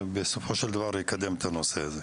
שבסופו של דבר יקדם את הנושא הזה.